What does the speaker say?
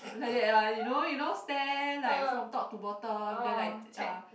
like that one you know you know stare like from top to bottom then like uh